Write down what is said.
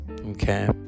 okay